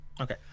Okay